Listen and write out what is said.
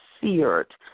seared